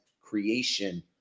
creation